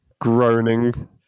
groaning